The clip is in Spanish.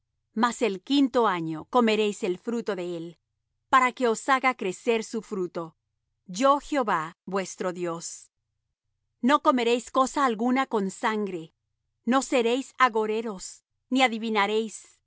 mas al quinto año comeréis el fruto de él para que os haga crecer su fruto yo jehová vuestro dios no comeréis cosa alguna con sangre no seréis agoreros ni adivinaréis